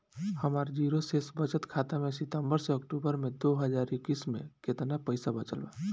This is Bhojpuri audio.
हमार जीरो शेष बचत खाता में सितंबर से अक्तूबर में दो हज़ार इक्कीस में केतना पइसा बचल बा?